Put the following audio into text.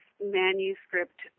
manuscript